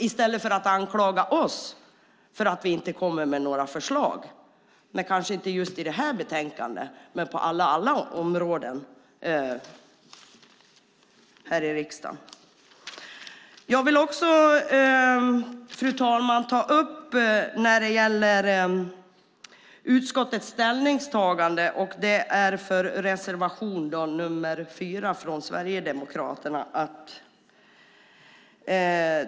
I stället anklagar ni oss för att vi inte kommer med några förslag - kanske inte just i detta betänkande men på alla andra områden här i riksdagen. Fru talman! Jag vill ta upp utskottets ställningstagande när det gäller reservation 4 från Sverigedemokraterna.